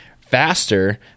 faster